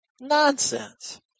Nonsense